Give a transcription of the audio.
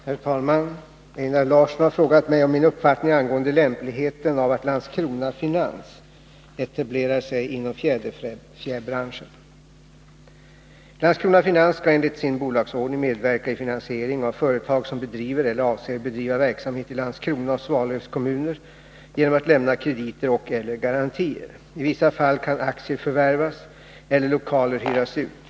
Herr talman! Einar Larsson har frågat mig om min uppfattning angående lämpligheten av att Landskrona Finans etablerar sig inom fjäderfäbranschen. Landskrona Finans skall enligt sin bolagsordning medverka i finansiering av företag som bedriver eller avser bedriva verksamhet i Landskrona och Svalövs kommuner genom att lämna krediter och/eller garantier. I vissa fall kan aktier förvärvas eller lokaler hyras ut.